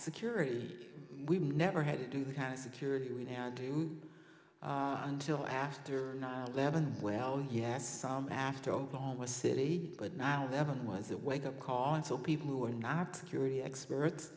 security we've never had to do the kind of security we now do until after nine eleven well yes from after oklahoma city but now the evidence was a wake up call and so people who are not security experts